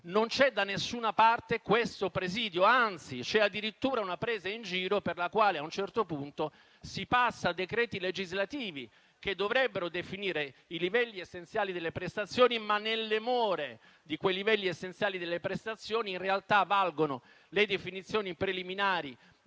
non c'è da nessuna parte. Anzi c'è addirittura una presa in giro per la quale a un certo punto si passa a decreti legislativi che dovrebbero definire i livelli essenziali delle prestazioni; ma nelle more di quei livelli essenziali delle prestazioni in realtà valgono le definizioni preliminari dei